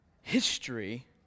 history